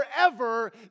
forever